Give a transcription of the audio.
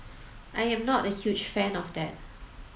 I am not a huge fan of that